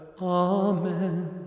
Amen